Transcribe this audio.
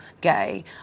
gay